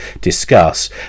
discuss